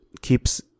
keeps